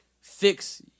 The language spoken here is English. fix